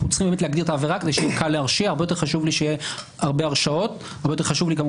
אנחנו צריכים באמת להגדיר את העבירה כדי שיהיה קל להרשיע.